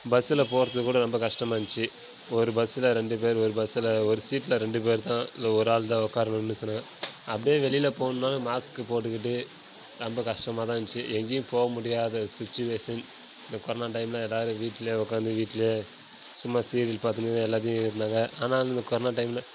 பஸ்ஸில் போறது கூட ரொம்ப கஷ்டமாக இருந்ச்சி ஒரு பஸ்ஸில் ரெண்டு பேர் ஒரு பஸ்ஸில் ஒரு சீட்டில் ரெண்டு பேர் தான் இல்லை ஒரு ஆள் தான் உக்காரணுன்னு சொன்னாங்க அப்படே வெளியில் போனாலும் மாஸ்க்கு போட்டுக்கிட்டு ரொம்ப கஷ்டமாக தான் இருந்ச்சி எங்கேயும் போக முடியாத சிட்சுவேஷன் இந்த கொரோனா டைமில் எல்லோரும் வீட்டிலியே உக்காந்து வீட்டிலியே சும்மா சீரியல் பார்த்துன்னு இருந்தாங்க ஆனால் அந்தந்த கொரோனா டைமில்